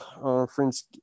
conference